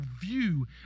view